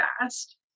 fast